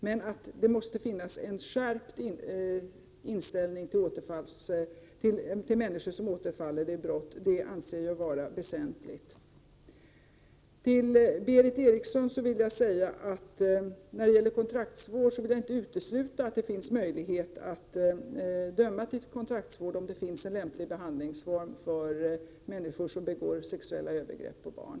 Men man måste ha en skärpt inställning till människor som återfaller i brott. Detta anser jag vara väsentligt. Till Berith Eriksson vill jag säga att jag inte utesluter möjligheten att döma till kontraktsvård, om det finns en lämplig behandlingsform för de människor som begår sexuella övergrepp på barn.